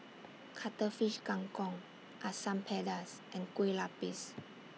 Cuttlefish Kang Kong Asam Pedas and Kue Lupis